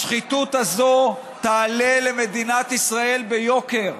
השחיתות הזאת תעלה למדינת ישראל ביוקר.